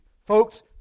Folks